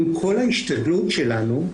עם כל השתדלנות שלנו,